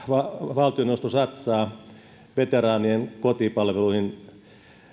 valtioneuvosto satsaa veteraanien kotipalveluihin